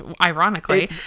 ironically